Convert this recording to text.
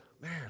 man